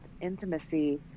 intimacy